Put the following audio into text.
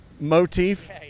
motif